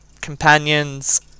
companions